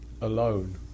alone